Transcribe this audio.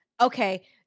Okay